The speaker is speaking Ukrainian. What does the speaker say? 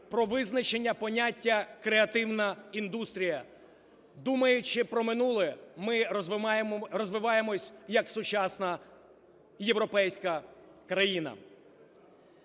про визначення поняття "креативна індустрія". Думаючи про минуле, ми розвиваємось як сучасна європейська країна.